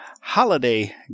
holiday